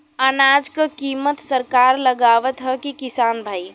अनाज क कीमत सरकार लगावत हैं कि किसान भाई?